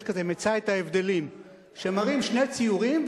יש כזה "מצא את ההבדלים" מראים שני ציורים,